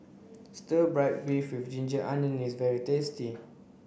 stir fry beef with ginger onions is very tasty